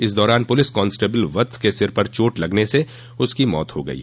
इस दौरान police constable Vats के सिर पर चोट लगने से उसकी मौत हो गयी